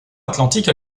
atlantique